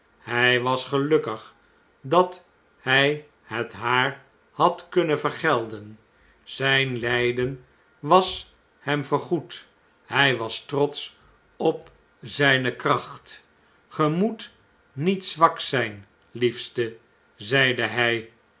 hjj was gelukkig dat hjj het haar had kunnen vergelden zjjn ljjden was hem vergoed hjj was trotsch op zjjne kracht ge moet niet zwak zijn liefste zeide hjj